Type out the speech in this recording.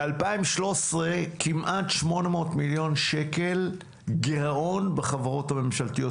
ב-2013 כמעט 800 מיליון שקל גרעון בחברות הממשלתיות,